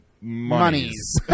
monies